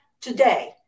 Today